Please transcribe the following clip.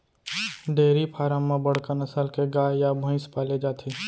dairy farm म बड़का नसल के गाय या भईंस पाले जाथे